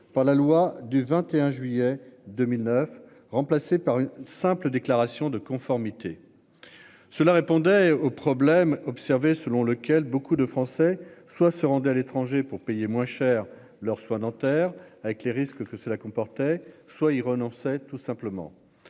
par la loi du 21 juillet 2009. Remplacé par une simple déclaration de conformité. Cela répondait aux problèmes observés selon lequel beaucoup de Français, soit se rendaient à l'étranger pour payer moins cher leurs soins dentaires avec les risques que cela comportait soit il renonce hein tout simplement